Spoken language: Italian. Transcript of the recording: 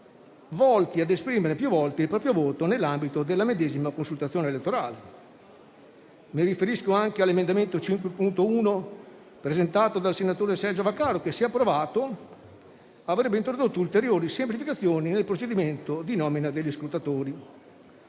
volti ad esprimere più volte il proprio voto nell'ambito della medesima consultazione elettorale. Mi riferisco anche all'emendamento 5.1, presentato dal senatore Sergio Vaccaro, che, se approvato, avrebbe introdotto ulteriori semplificazioni nel procedimento di nomina degli scrutatori.